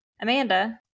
amanda